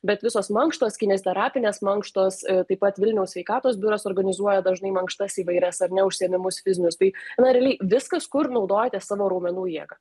bet visos mankštos kineziterapinės mankštos taip pat vilniaus sveikatos biuras organizuoja dažnai mankštas įvairias ar ne užsiėmimus fizinius tai na realiai viskas kur naudojate savo raumenų jėgą